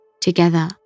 together